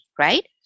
right